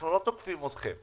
אנחנו לא תוקפים אתכם,